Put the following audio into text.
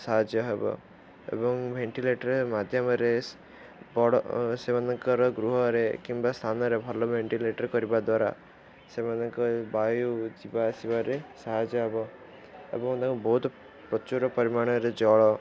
ସାହାଯ୍ୟ ହେବ ଏବଂ ଭେଣ୍ଟିଲେଟର୍ ମାଧ୍ୟମରେ ସେମାନଙ୍କର ଗୃହରେ କିମ୍ବା ସ୍ଥାନରେ ଭଲ ଭେଣ୍ଟିଲେଟର୍ କରିବା ଦ୍ୱାରା ସେମାନଙ୍କ ବାୟୁ ଯିବା ଆସିବାରେ ସାହାଯ୍ୟ ହେବ ଏବଂ ତାଙ୍କୁ ବହୁତ ପ୍ରଚୁର ପରିମାଣରେ ଜଳ